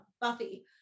Buffy